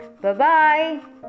Bye-bye